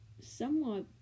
somewhat